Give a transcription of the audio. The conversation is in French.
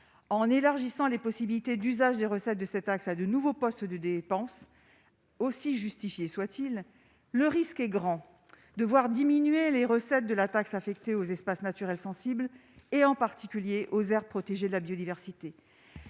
en élargissant les possibilités d'usage des recettes de cette taxe à de nouveaux postes de dépenses aussi justifié soit-il, le risque est grand de voir diminuer les recettes de la taxe affectée aux espaces naturels sensibles et en particulier aux aires protégées, la biodiversité,